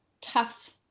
tough